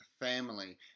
family